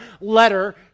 letter